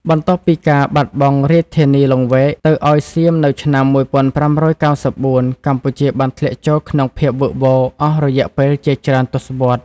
បន្ទាប់ពីការបាត់បង់រាជធានីលង្វែកទៅឱ្យសៀមនៅឆ្នាំ ១៥៩៤ កម្ពុជាបានធ្លាក់ចូលក្នុងភាពវឹកវរអស់រយៈពេលជាច្រើនទសវត្សរ៍។